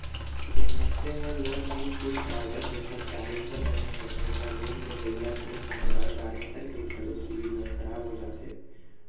जेन मनसे ह लोन नइ छूट पावय तेखर गारेंटर बने होथे त लोन लेवइया के संघरा गारेंटर के घलो सिविल ह खराब हो जाथे